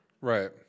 right